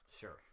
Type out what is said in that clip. Sure